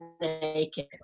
naked